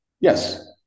yes